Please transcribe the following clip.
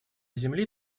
земли